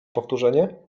powtórzenie